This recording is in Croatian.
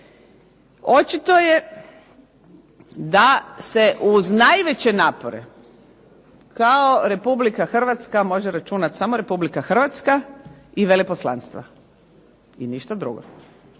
Očito je da se uz najveće napore, kao Republika Hrvatska može računati samo Republika Hrvatska i veleposlanstva i ništa drugo.